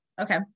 Okay